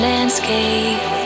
Landscape